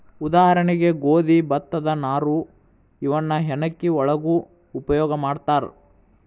ಉದಾಹರಣೆಗೆ ಗೋದಿ ಭತ್ತದ ನಾರು ಇವನ್ನ ಹೆಣಕಿ ಒಳಗು ಉಪಯೋಗಾ ಮಾಡ್ತಾರ